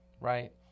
right